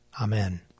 Amen